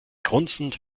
grunzend